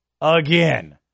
Again